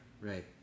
right